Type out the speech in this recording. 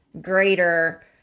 greater